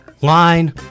Line